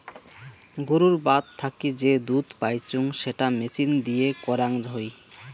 গুরুর বাত থাকি যে দুধ পাইচুঙ সেটা মেচিন দিয়ে করাং হই